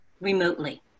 remotely